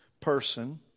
person